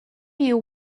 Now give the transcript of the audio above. you